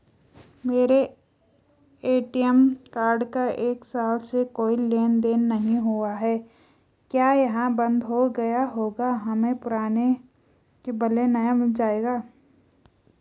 मेरा ATM card का एक साल से कोई लेन देन नहीं हुआ है क्या यह बन्द हो गया होगा हमें पुराने के बदलें नया मिल जाएगा?